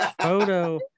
photo